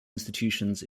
institutions